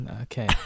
Okay